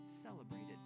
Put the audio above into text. celebrated